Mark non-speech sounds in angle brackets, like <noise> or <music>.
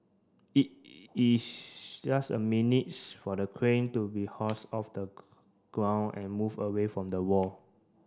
it is just a minutes for the crane to be <unintelligible> off the ground and moved away from the wall